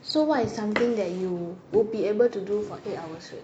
so what is something that you would be able to do for eight hours straight